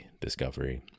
Discovery